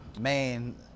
main